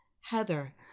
Heather